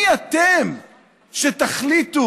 מי אתם שתחליטו